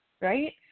right